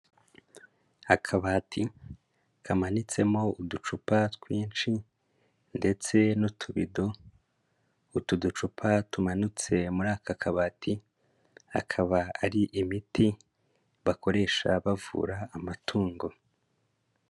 Akabati kamanitsemo uducupa twinshi ndetse n'utubido, utu ducupa tumanitse muri aka kabati, akaba ari imiti bakoresha bavura amatungo.